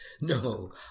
No